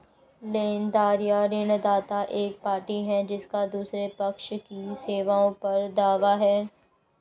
लेनदार या ऋणदाता एक पार्टी है जिसका दूसरे पक्ष की सेवाओं पर दावा है